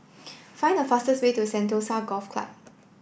find the fastest way to Sentosa Golf Club